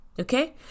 Okay